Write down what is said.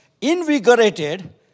invigorated